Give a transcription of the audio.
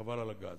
וחבל על הגז.